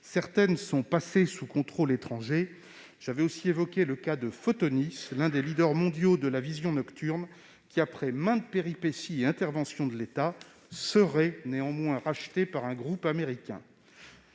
elles sont passées sous contrôle étranger. J'ai également évoqué le cas de Photonis, l'un des leaders mondiaux de la vision nocturne, qui, après maintes péripéties et interventions de l'État, serait sur le point d'être racheté par un groupe américain.